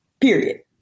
Period